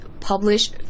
publish